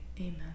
Amen